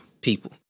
people